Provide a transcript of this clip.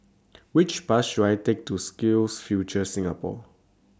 Which Bus should I Take to SkillsFuture Singapore